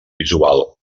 visual